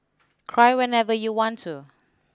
cry whenever you want to